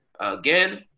Again